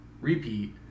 repeat